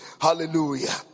Hallelujah